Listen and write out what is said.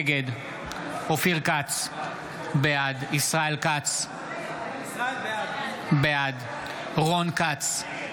נגד אופיר כץ, בעד ישראל כץ, בעד רון כץ,